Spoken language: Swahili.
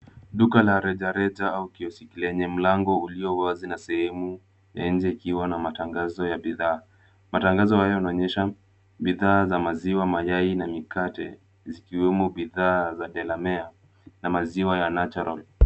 Duka la rejareja au kioski yenye mlango uliowazi na sehemu ya nje ikiwa na matangazo ya bidhaa. Matangazo hayo yanaonyesha bidhaa za maziwa, mayai na mikate zikiwemo bidhaa za Delamere na maziwa ya Natural.